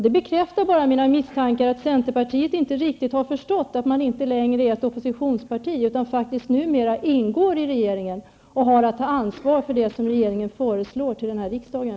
Det bekräftar bara mina misstankar om att centerpartiet inte riktigt har förstått att det inte längre är ett oppositionsparti utan faktiskt numera ingår i regeringen och har att ta ansvar för det som regeringen föreslår till riksdagen.